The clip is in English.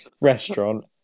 restaurant